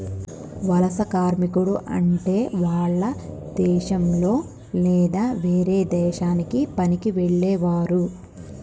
వలస కార్మికుడు అంటే వాల్ల దేశంలొ లేదా వేరే దేశానికి పనికి వెళ్లేవారు